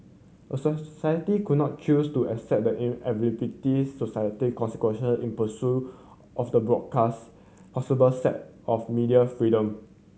a society could not choose to accept the inevitability society consequential in pursuit of the broadcast possible set of media freedom